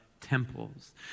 temples